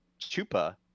Chupa